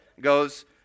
Goes